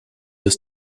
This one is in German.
bis